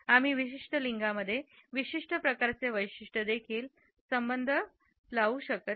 आम्ही विशिष्ट लिंगामध्ये विशिष्ट प्रकारचे वैशिष्ट्ये देखील संबद्ध लावू शकत नाही